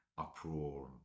uproar